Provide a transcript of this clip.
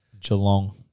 Geelong